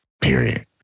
period